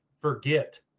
forget